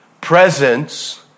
presence